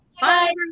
bye